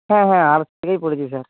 হ্যাঁ হ্যাঁ আর্টস থেকেই পড়েছি স্যার